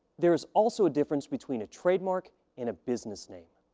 there is also a difference between a trademark and a business name.